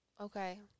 Okay